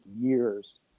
years